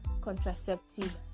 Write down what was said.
contraceptive